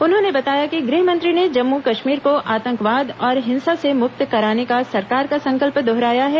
उन्होंने बताया कि गृहमंत्री ने जम्मू कश्मीर को आतंकवाद और हिंसा से मुक्त कराने का सरकार का संकल्प दोहराया है